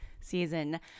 season